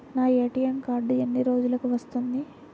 నా ATM card ఎన్ని రోజులకు వస్తుంది?